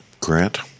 Grant